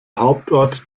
hauptort